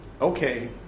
okay